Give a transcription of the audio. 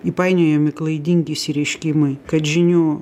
įpainiojami klaidingi išsireiškimai kad žinių